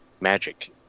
magic